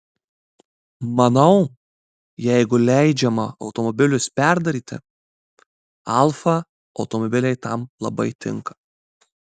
manau jeigu leidžiama automobilius perdaryti alfa automobiliai tam labai tinka